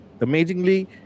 Amazingly